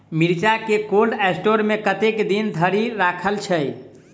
मिर्चा केँ cold store मे कतेक दिन धरि राखल छैय?